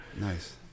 nice